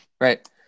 right